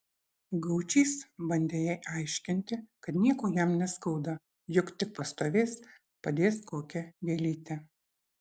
gaučys bandė jai aiškinti kad nieko jam neskauda juk tik pastovės padės kokią gėlytę